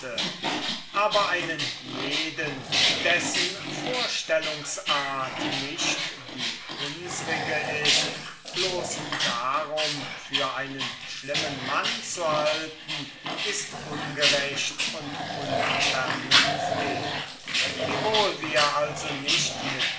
aber einen jeden dessen vorstellungsart nicht die unsrige ist bloß darum für einen schlimmen mann zu halten ist dumm wiewohl wir also nicht mit